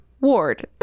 Ward